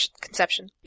Conception